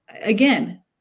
Again